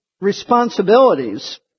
responsibilities